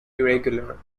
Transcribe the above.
irregular